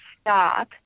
stop